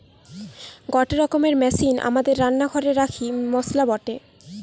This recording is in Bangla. গটে রকমের মেশিন আমাদের রান্না ঘরে রাখি মসলা বাটে